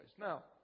Now